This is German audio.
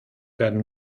werden